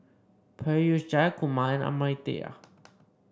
Peyush Jayakumar and Amartya